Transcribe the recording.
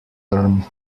term